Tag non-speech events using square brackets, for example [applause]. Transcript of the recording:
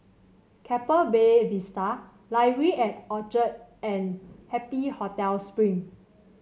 Keppel Bay Vista [unintelligible] at Orchard and Happy Hotel Spring